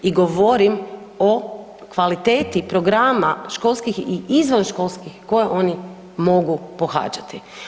I govorim o kvaliteti programa školskih i izvanškolskih koje oni mogu pohađati.